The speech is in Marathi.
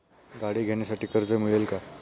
गाडी घेण्यासाठी कर्ज मिळेल का?